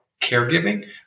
caregiving